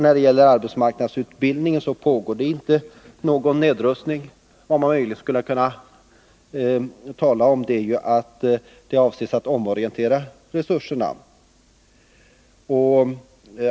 När det gäller arbetsmarknadsutbildning pågår det inte någon nedrustning. Man avser ju att göra en omprioritering av resurserna.